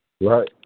Right